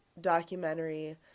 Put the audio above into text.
documentary